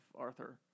Arthur